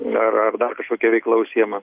ar ar dar kažkokia veikla užsiima